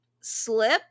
slip